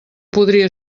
podria